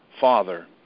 Father